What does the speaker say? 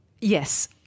yes